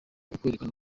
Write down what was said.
ukwerekana